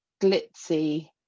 glitzy